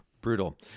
Brutal